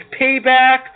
Payback